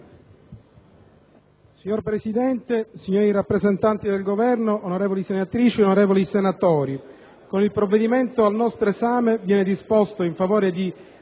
Signor Presidente, signori rappresentanti del Governo, onorevoli senatrici, onorevoli senatori, con il provvedimento al nostro esame viene disposto in favore di